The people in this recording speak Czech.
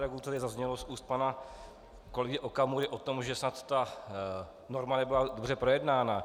Jak tady zaznělo z úst pana kolegy Okamury o tom, že snad ta norma nebyla dobře projednána.